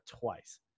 twice